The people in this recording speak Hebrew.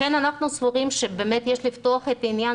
לכן אנחנו סבורים שצריך לפתוח את העניין